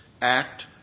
act